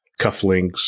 cufflinks